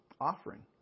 offering